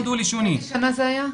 באיזו שנה זה היה?